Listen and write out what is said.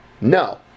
No